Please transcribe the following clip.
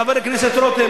חבר הכנסת רותם,